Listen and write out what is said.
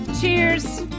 cheers